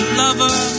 lover